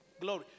glory